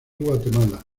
guatemala